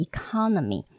Economy